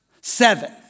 seven